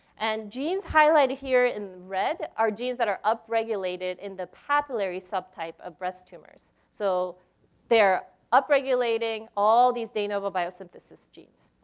and genes highlighted here in red are genes that are up-regulated in the papillary subtype of breast tumors. so they're up-regulating all these de novo biosynthesis genes.